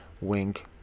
Wink